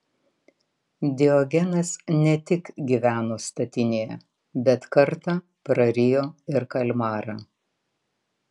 diogenas ne tik gyveno statinėje bet kartą prarijo ir kalmarą